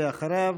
ואחריו,